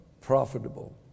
profitable